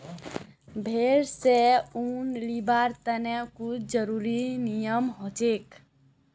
भेड़ स ऊन लीबिर तने कुछू ज़रुरी नियम हछेक